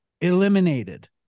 eliminated